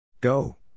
Go